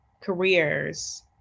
careers